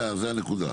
זה הנקודה.